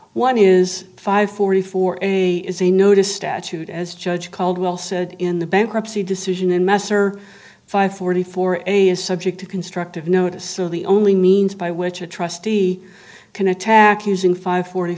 one is five forty four a is a notice statute as judge caldwell said in the bankruptcy decision in mass or five forty four a is subject to constructive notice so the only means by which a trustee can attack using five forty